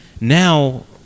now